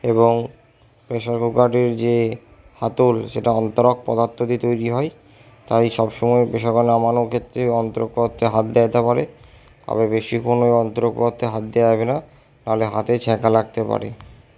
এবং প্রেসার কুকারের যে হাতল সেটা অন্তরক পদার্থ দিয়ে তৈরি হয় তাই সবসময় প্রেসার কুকার নামানোর ক্ষেত্রে অন্তরক পদার্থে হাত দেওয়া হতে পারে আবার বেশি কোনো অন্তরক পদার্থে হাত দেওয়া না তাহলে হাতে ছ্যাঁকা লাগতে পারে